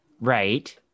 right